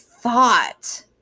thought